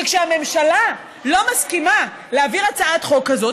שכשהממשלה לא מסכימה להעביר הצעת חוק כזאת,